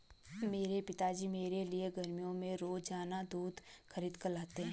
मेरे पिताजी मेरे लिए गर्मियों में रोजाना दूध खरीद कर लाते हैं